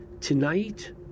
tonight